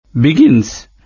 begins